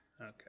Okay